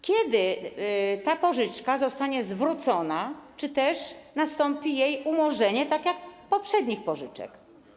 Kiedy ta pożyczka zostanie zwrócona czy też kiedy nastąpi jej umorzenie, tak jak poprzednich pożyczek?